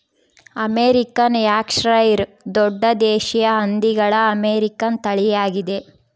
American Yorkshire ದೊಡ್ಡ ದೇಶೀಯ ಹಂದಿಗಳ ಅಮೇರಿಕನ್ ತಳಿಯಾಗಿದೆ